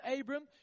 Abram